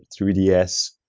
3DS